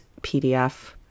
PDF